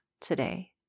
today